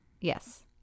Yes